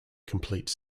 complete